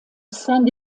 saint